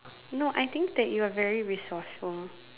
no I think that you are very resourceful